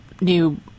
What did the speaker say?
new